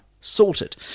Sorted